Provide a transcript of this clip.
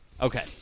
Okay